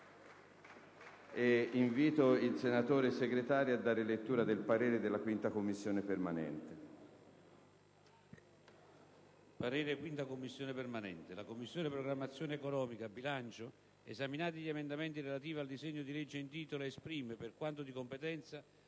apre una nuova finestra"), *segretario*. «La Commissione programmazione economica, bilancio, esaminati gli emendamenti relativi al disegno di legge in titolo, esprime, per quanto di competenza,